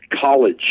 college